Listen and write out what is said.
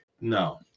no